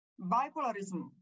bipolarism